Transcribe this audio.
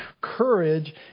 courage